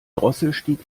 drosselstieg